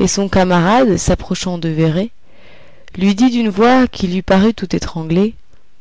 et son camarade s'approchant de véret lui dit d'une voix qui lui parut tout étranglée